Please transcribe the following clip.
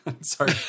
Sorry